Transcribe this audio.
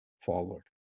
forward